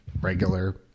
regular